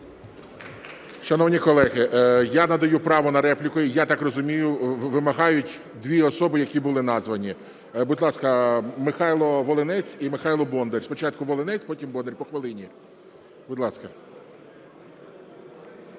Шановні колеги, я надаю право на репліку. Я так розумію, вимагають дві особи, які були названі. Будь ласка, Михайло Волинець і Михайло Бондар. Спочатку Волинець, потім Бондар по хвилині. Будь ласка.